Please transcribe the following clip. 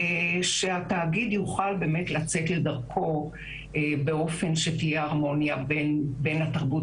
ושהתאגיד יוכל באמת לצאת לדרכו באופן שתהיה הרמוניה בין התרבות